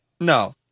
No